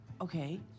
Okay